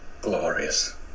Glorious